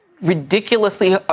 ridiculously